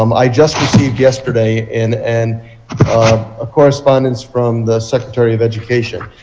um i just received yesterday and and a correspondence from the secretary of education.